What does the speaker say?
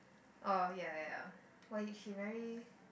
oh ya ya ya what it she very